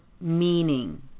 meaning